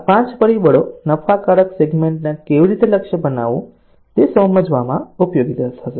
આ 5 પરિબળો નફાકારક સેગમેન્ટને કેવી રીતે લક્ષ્ય બનાવવું તે સમજવામાં ઉપયોગી થશે